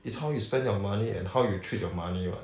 it's how you spend your money and how you treat your money what